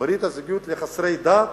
ברית הזוגיות לחסרי דת,